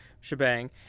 shebang